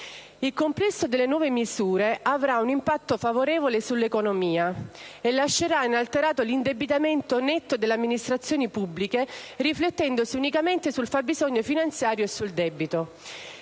«Il complesso delle nuove misure avrà un impatto favorevole sull'economia e lascerà inalterato l'indebitamento netto delle amministrazioni pubbliche riflettendosi unicamente sul fabbisogno finanziario e sul debito.